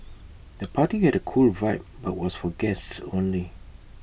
the party had A cool vibe but was for guests only